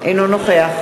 אינו נוכח